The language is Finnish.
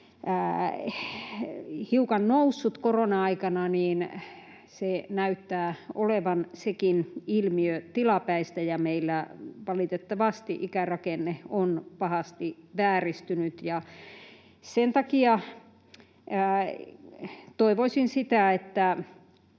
hiukan noussut korona-aikana, niin sekin ilmiö näyttää olevan tilapäinen. Meillä valitettavasti ikärakenne on pahasti vääristynyt, ja sen takia toivoisin sitä, että